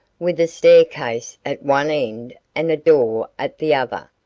with a stair-case at one end and a door at the other,